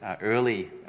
early